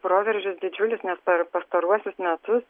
proveržis didžiulis nes per pastaruosius metus